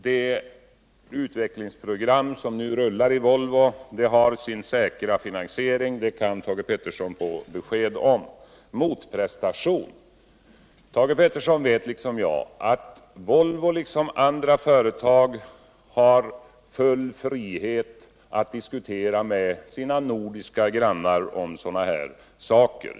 Det utvecklingsprogram som nu rullar i Volvo har sin säkra finansiering, något som Thage Peterson kan få besked om. På tal om motprestation vet Thage Peterson liksom jag att Volvo och andra företag har full frihet att diskutera med de nordiska grannländerna om sådana här saker.